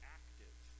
active